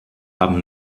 haben